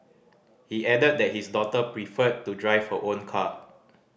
he added that his daughter preferred to drive her own car